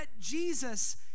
Jesus